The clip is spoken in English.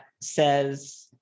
says